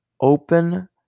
open